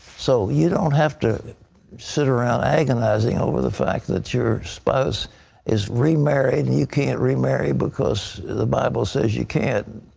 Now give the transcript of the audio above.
so you don't have to sit around agonizing over the fact that your spouse is remarried and you can't remarry because the bible says you can't.